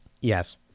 Yes